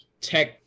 Tech